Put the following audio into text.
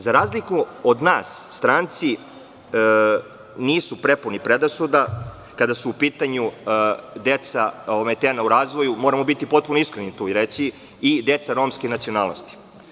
Za razliku od nas, stranci nisu prepuni predrasuda kada su u pitanju deca ometena u razvoju, moramo biti potpuno iskreni tu i reći, i deca romske nacionalnosti.